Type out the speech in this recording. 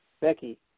Becky